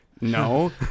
No